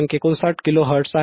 59 kilohertz 1